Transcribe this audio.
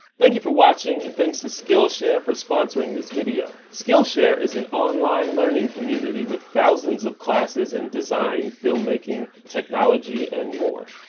thank you for watching, and thanks to skillshare for sponsoring this video. skillshare is an online learning community with thousands of classes in design, filmmaking, technology and more.